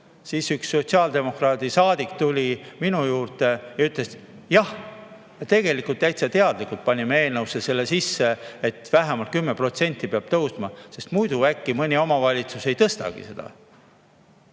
siis üks sotsiaaldemokraadist saadik tuli minu juurde ja ütles: jah, tegelikult täitsa teadlikult panime eelnõusse selle sisse, et vähemalt 10% peab tõusma, sest muidu äkki mõni omavalitsus ei tõstagi seda.